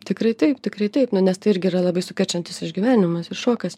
tikrai taip tikrai taip nu nes tai irgi yra labai sukrečiantis išgyvenimas ir šokas